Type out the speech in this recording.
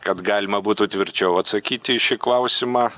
kad galima būtų tvirčiau atsakyti į šį klausimą